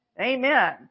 Amen